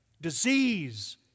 Disease